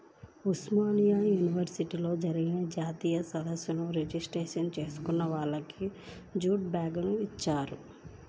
ఉస్మానియా యూనివర్సిటీలో జరిగిన జాతీయ సదస్సు రిజిస్ట్రేషన్ చేసుకున్న వాళ్లకి జూటు బ్యాగుని ఇచ్చారు